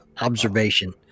observation